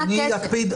מה הקשר?